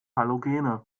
halogene